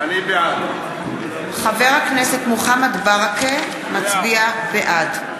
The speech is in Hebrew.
חבר הכנסת מוחמד ברכה מצביע בעד.